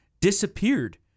disappeared